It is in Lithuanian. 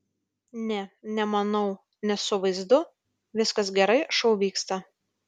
ne nemanau nes su vaizdu viskas gerai šou vyksta